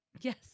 Yes